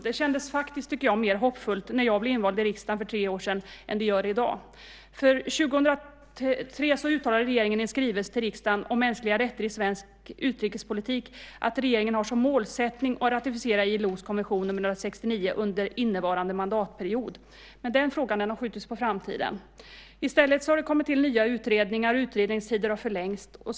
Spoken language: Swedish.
Det kändes faktiskt mer hoppfullt när jag blev invald i riksdagen för tre år sedan än det gör i dag, för 2003 uttalade regeringen i en skrivelse till riksdagen om mänskliga rättigheter i svensk utrikespolitik att regeringen har som målsättning att ratificera ILO:s konvention nr 169 under innevarande mandatperiod. Men den frågan har skjutits på framtiden. I stället har det kommit till nya utredningar och utredningstider har förlängts.